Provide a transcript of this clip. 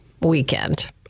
weekend